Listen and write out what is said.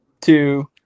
two